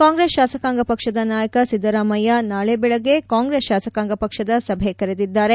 ಕಾಂಗ್ರೆಸ್ ಶಾಸಕಾಂಗ ಪಕ್ಷದ ನಾಯಕ ಸಿದ್ದರಾಮಯ್ಯ ನಾಳೆ ಬೆಳಗ್ಗೆ ಕಾಂಗ್ರೆಸ್ ಶಾಸಕಾಂಗ ಪಕ್ಷದ ಸಭೆ ಕರೆದಿದ್ದಾರೆ